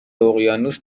اقیانوس